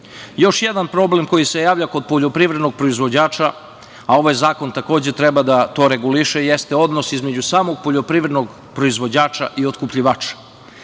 jedan problem koji se javlja kod poljoprivrednog proizvođača, a ovaj zakon to takođe treba da reguliše, jeste odnos između samog poljoprivrednog proizvođača i otkupljivača.